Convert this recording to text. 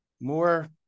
more